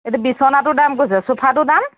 এইটো বিছনাটো দাম কৈছে চোফাটো দাম